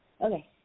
okay